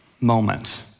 moment